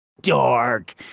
dark